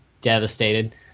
devastated